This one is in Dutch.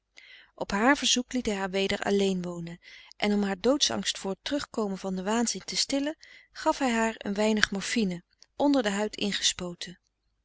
op haar verzoek liet hij haar weder alleen wonen en om haar doodsangst voor t terug komen van den waanzin te stillen gaf hij haar een weinig morfine onder de huid ingespoten